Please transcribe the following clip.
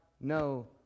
no